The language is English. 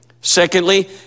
Secondly